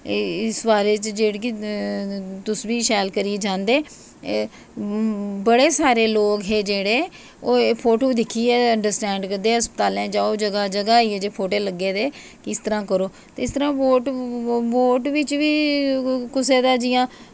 इस बारै च जेह्ड़ी की तुस बी करियै जंदे एह् बड़े सारे लोग हे जेह्ड़े ओह् एह् फोटो दिक्खियै अंडरस्टेंड करदे हे पैह्लें जाओ जगह जगह एह् फोटो लग्गे दे इस तरहां करो इस तरहां वोट बिच बी कुसै दे जियां